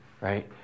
right